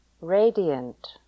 radiant